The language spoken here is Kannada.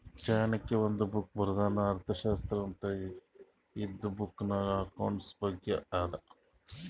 ಚಾಣಕ್ಯ ಒಂದ್ ಬುಕ್ ಬರ್ದಾನ್ ಅರ್ಥಶಾಸ್ತ್ರ ಅಂತ್ ಇದು ಬುಕ್ನಾಗ್ ಅಕೌಂಟ್ಸ್ ಬಗ್ಗೆ ಅದಾ